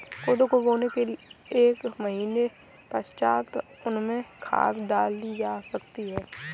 कोदो को बोने के एक महीने पश्चात उसमें खाद डाली जा सकती है